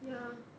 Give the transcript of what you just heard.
ya